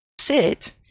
sit